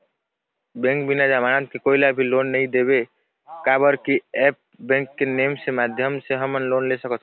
Bank बिना जमानत के कोई ला भी लोन नहीं देवे का बर की ऐप बैंक के नेम के माध्यम से हमन लोन ले सकथन?